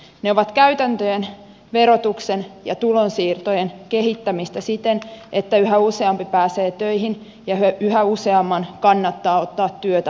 ne ovat käytäntöjen verotuksen ja tulonsiirtojen kehittämistä siten että yhä useampi pääsee töihin ja yhä useamman kannattaa ottaa työtä vastaan